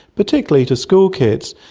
particularly to school kids,